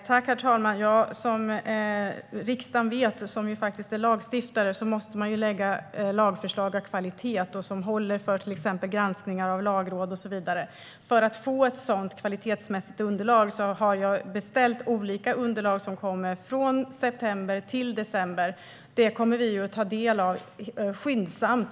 Herr talman! Som riksdagen, som faktiskt är lagstiftare, vet måste man lägga fram lagförslag av kvalitet och som håller för granskningar av till exempel Lagrådet. För att få ett sådant kvalitetsmässigt underlag har jag beställt olika underlag som ska komma från september till december. Dessa kommer vi att ta del av skyndsamt.